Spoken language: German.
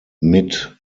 mit